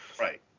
Right